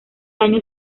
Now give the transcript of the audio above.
año